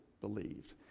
believed